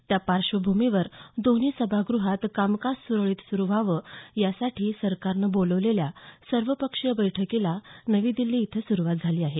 त्या पार्श्वभूमीवर दोन्ही सभागृहांत कामकाज सुरळीत सुरू व्हावं यासाठी सरकारनं बोलावलेल्या सर्वपक्षीय बैठकीला नवी दिल्ली इथं सुरवात झाली आहे